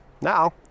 Now